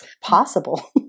possible